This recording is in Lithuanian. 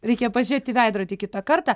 reikia pažiūrėt į veidrodį kitą kartą